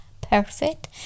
perfect